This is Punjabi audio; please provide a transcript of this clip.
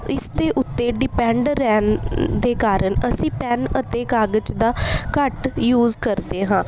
ਇਸ ਦੇ ਉੱਤੇ ਡਿਪੈਂਡ ਰਹਿਣ ਦੇ ਕਾਰਣ ਅਸੀਂ ਪੈਨ ਅਤੇ ਕਾਗਜ਼ ਦਾ ਘੱਟ ਯੂਜ ਕਰਦੇ ਹਾਂ